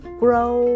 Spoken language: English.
grow